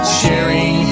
sharing